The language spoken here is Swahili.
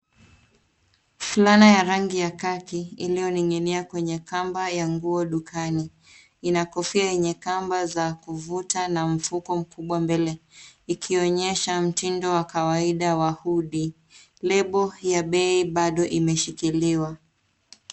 Flana ya rangi ya kaki iliyoning'inia kwenye kamba ya nguo dukani. Ina kofia enye kamba za kuvuta na mfuko mkubwa mbele ikionyesha mtindo wa kawaida wa hudi. Lebo ya bei bado imeshikiliwa.